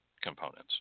components